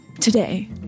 Today